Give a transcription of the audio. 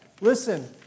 listen